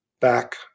back